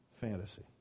Fantasy